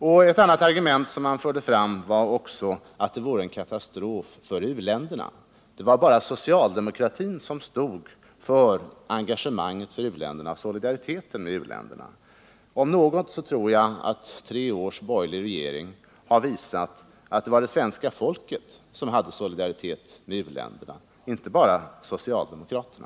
Och ett annat argument som fördes fram var att det vore en katastrof för u-länderna — det var bara socialdemokratin som stod för engagemanget för och solidariteten med u-länderna. Men jag tror att tre års borgerlig regering har visat, om något, att det var svenska folket som hade solidaritet med u-länderna — inte bara socialdemokraterna.